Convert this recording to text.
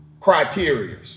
Criteria